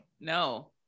no